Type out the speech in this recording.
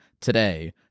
today